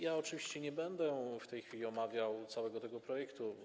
Ja oczywiście nie będę w tej chwili omawiał całego tego projektu.